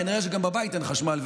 כנראה גם בבית אין חשמל,